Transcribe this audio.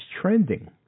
trending